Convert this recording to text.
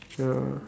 so